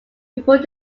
report